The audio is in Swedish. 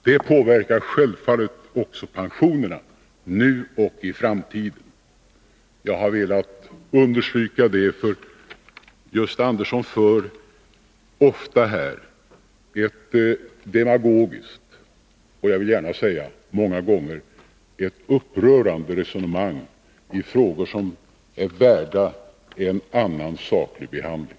Det påverkar självfallet också pensionerna, nu och i framtiden. Jag har velat understryka detta, för Gösta Andersson för ofta ett demagogiskt och jag vill säga många gånger upprörande resonemang i frågor som är värda en annan, saklig behandling.